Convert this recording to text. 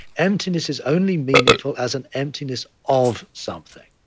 emptiness is only meaningful as an emptiness of something.